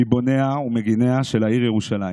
מבוניה וממגיניה של העיר ירושלים.